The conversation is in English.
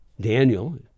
Daniel